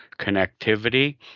connectivity